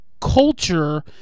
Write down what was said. culture